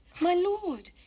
my lord,